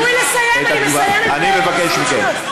אני מבקש מכם.